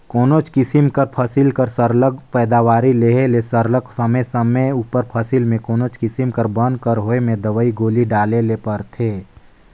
कोनोच किसिम कर फसिल कर सरलग पएदावारी लेहे ले सरलग समे समे उपर फसिल में कोनो किसिम कर बन कर होए में दवई गोली डाले ले परथे